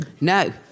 No